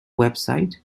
website